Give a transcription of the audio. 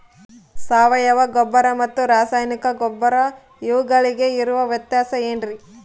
ಸಾವಯವ ಗೊಬ್ಬರ ಮತ್ತು ರಾಸಾಯನಿಕ ಗೊಬ್ಬರ ಇವುಗಳಿಗೆ ಇರುವ ವ್ಯತ್ಯಾಸ ಏನ್ರಿ?